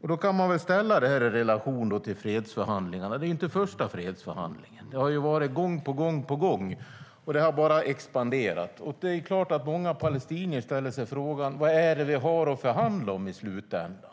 Det ska ställas i relation till fredsförhandlingarna. Det är ju inte den första fredsförhandlingen. Fredsförhandlingar har hållits gång på gång och bosättningarna bara expanderar. Det är klart att många palestinier då ställer sig frågan vad det är de har att förhandla om i slutändan.